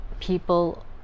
people